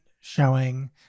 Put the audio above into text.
showing